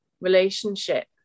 relationship